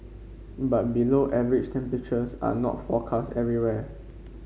but below average temperatures are not forecast everywhere